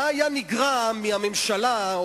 מה היה נגרע מהממשלה,